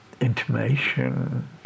intimation